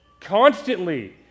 Constantly